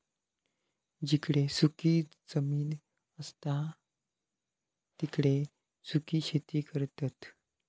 जिकडे सुखी जमीन असता तिकडे सुखी शेती करतत